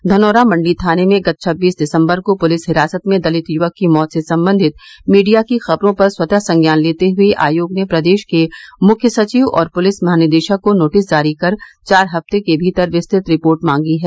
धनौरा मंडी थाने में गत छब्बीस दिसम्बर को पुलिस हिरासत में दलित युवक की मौत से संबंधित मीडिया की खबरों पर स्वतः संज्ञान लेते हुए आयोग ने प्रदेश के मुख्य सचिव और पुलिस महानिदेशक को नोटिस जारी कर चार हफ्ते के भीतर विस्तृत रिपोर्ट मांगी है